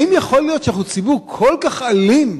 האם יכול להיות שאנחנו ציבור כל כך אלים,